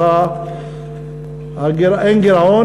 אז אין גירעון,